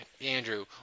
Andrew